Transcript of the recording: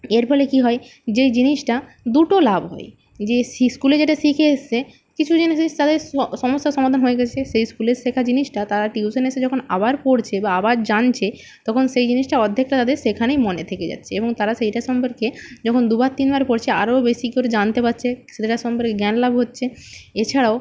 এর ফলে কী হয় যেই জিনিসটা দুটো লাভ হয় যে স্কুলে যেটা শিখে এসেছে কিছু জিনিস তাদের সমস্যার সমাধান হয়ে গেছে সেই স্কুলের শেখা জিনিসটা তারা টিউশানে এসে যখন আবার পড়ছে বা আবার জানছে তখন সেই জিনিসটা অর্ধেকটা তাদের সেখানেই মনে থেকে যাচ্ছে এবং তারা সেইটা সম্পর্কে যখন দু বার তিন বার পড়ছে আরও বেশি করে জানতে পারছে সেটার সম্পর্কে জ্ঞান লাভ হচ্ছে এছাড়াও